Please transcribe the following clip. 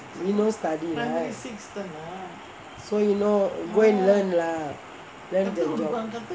he knows study right so you know going to learn lah when the job